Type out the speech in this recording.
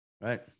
right